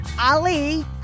Ali